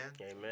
Amen